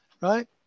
Right